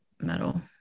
metal